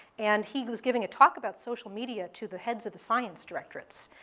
and he he was giving a talk about social media to the heads of the science directorates.